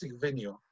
venue